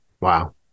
Wow